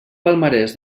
palmarès